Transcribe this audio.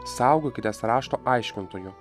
saugokitės rašto aiškintojų